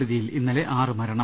ടുതിയിൽ ഇന്നലെ ആറു മരണം